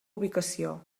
ubicació